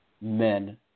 Men